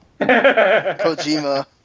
Kojima